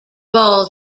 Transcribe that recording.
ball